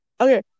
Okay